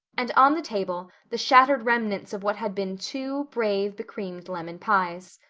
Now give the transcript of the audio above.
and on the table the shattered remnants of what had been two brave, becreamed lemon pies.